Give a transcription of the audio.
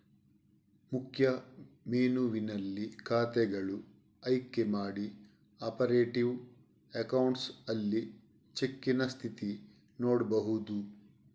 ಮುಖ್ಯ ಮೆನುವಿನಲ್ಲಿ ಖಾತೆಗಳು ಆಯ್ಕೆ ಮಾಡಿ ಆಪರೇಟಿವ್ ಅಕೌಂಟ್ಸ್ ಅಲ್ಲಿ ಚೆಕ್ಕಿನ ಸ್ಥಿತಿ ನೋಡ್ಬಹುದು